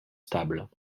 stables